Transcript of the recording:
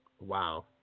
Wow